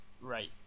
right